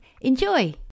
Enjoy